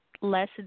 less